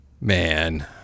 man